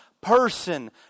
person